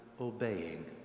obeying